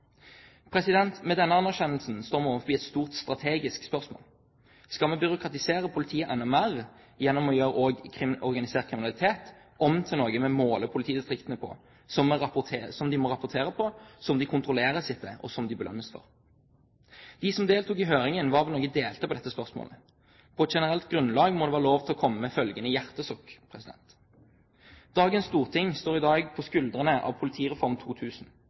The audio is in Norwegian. Med denne erkjennelsen står vi overfor et stort strategisk spørsmål: Skal vi byråkratisere politiet enda mer gjennom også å gjøre organisert kriminalitet om til noe vi måler politidistriktene på, som de må rapportere om, som de kontrolleres etter, og som de belønnes for? De som deltok i høringen, var noe delt i dette spørsmålet. På generelt grunnlag må det vel være lov til å komme med følgende hjertesukk: Dagens storting står i dag på skuldrene av Politireform 2000,